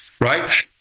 Right